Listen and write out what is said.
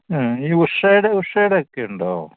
മ്മ് ഈ ഉഷയുടെ ഉഷയുടെ ഒക്കെ ഉണ്ടോ